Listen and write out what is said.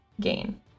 gain